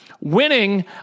Winning